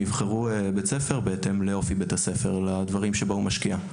הם יבחרו בית ספר בהתאם לאופיו ולדברים שבהם הוא משקיע.